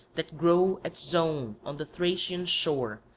that grow at zone on the thracian shore,